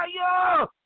Fire